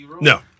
No